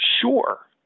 Sure